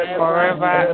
forever